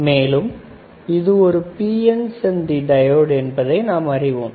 மேலும் இது ஒரு PN சந்தி டையோடு என்பதை நாம் அறிவோம்